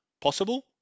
possible